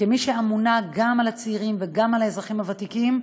כמי שאמונה גם על הצעירים וגם על האזרחים הוותיקים,